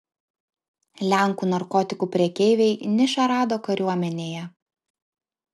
lenkų narkotikų prekeiviai nišą rado kariuomenėje